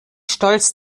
stolz